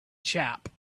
chap